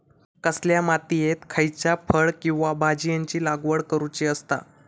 कसल्या मातीयेत खयच्या फळ किंवा भाजीयेंची लागवड करुची असता?